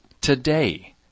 today